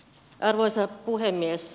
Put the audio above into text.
arvoisa puhemies